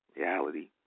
reality